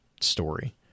story